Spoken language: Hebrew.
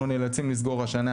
אנחנו נאלצים לסגור השנה,